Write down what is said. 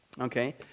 okay